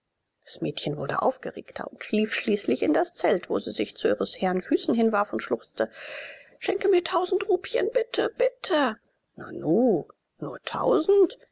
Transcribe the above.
das mädchen wurde aufgeregter und lief schließlich in das zelt wo sie sich zu ihres herrn füßen hinwarf und schluchzte schenke mir tausend rupien bitte bitte nanu nur tausend